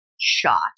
shot